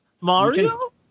mario